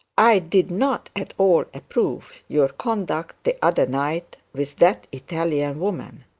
i did not at all approve your conduct the other night with that italian woman.